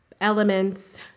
elements